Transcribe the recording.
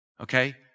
okay